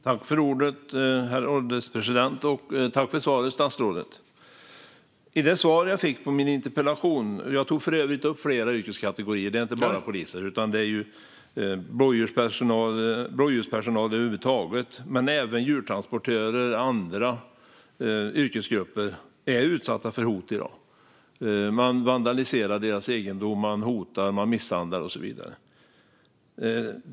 Herr ålderspresident! Tack för svaret, statsrådet! I min interpellation tog jag upp flera yrkeskategorier. Inte bara poliser utan också blåljuspersonal över huvud taget och även djurtransportörer och andra yrkesgrupper är utsatta för hot i dag. Man vandaliserar deras egendom, man hotar, man misshandlar och så vidare.